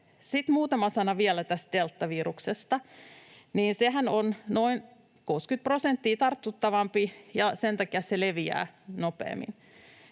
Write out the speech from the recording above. vielä muutama sana deltaviruksesta. Sehän on noin 60 prosenttia tartuttavampi, ja sen takia se leviää nopeammin.